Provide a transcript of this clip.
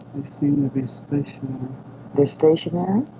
seem to be stationary they're stationary?